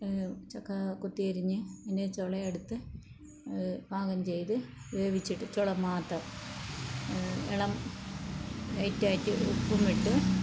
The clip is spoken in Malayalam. ചക്ക കൊത്തിയരിഞ്ഞ് പിന്നെ ചുളയെടുത്ത് പാകം ചെയ്ത് വേവിച്ചിട്ട് ചുള മാത്രം ഇളം ലൈറ്റായിട്ട് ഉപ്പുമിട്ട്